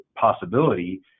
possibility